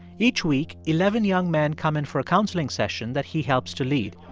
each week, eleven young men come in for a counseling session that he helps to lead.